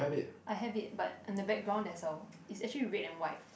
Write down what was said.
I have it but on the background that's all is actually red and white